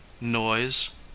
noise